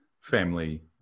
family